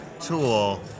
tool